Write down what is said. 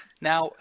Now